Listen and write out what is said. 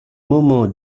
moment